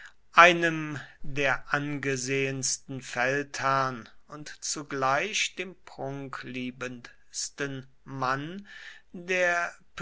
einem der angesehensten feldherrn und zugleich dem prunkliebendsten mann der